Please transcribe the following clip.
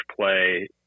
play